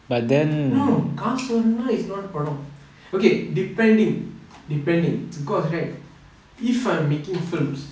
no காசு வருணா:kaasu varunaa is not படோ:pado okay depending depending because right if I'm making films